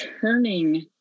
turning